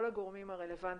כל הגורמים הרלוונטיים,